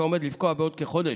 שעומד לפקוע בעוד כחודש,